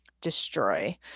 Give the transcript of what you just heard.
destroy